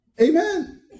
Amen